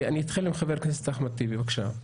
אני אתחיל עם חבר הכנסת אחמד טיבי, בבקשה.